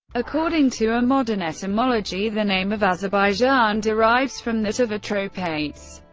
according to a modern etymology, the name of azerbaijan derives from that of atropates,